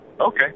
Okay